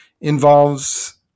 involves